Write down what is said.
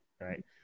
right